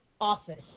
office